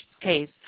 case